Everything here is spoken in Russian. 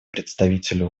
представителю